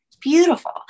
beautiful